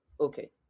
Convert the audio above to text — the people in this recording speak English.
okay